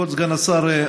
כבוד סגן השר,